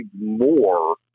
more